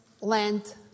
land